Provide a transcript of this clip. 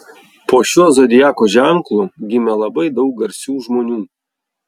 po šiuo zodiako ženklu gimė labai daug garsių žmonių